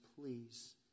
please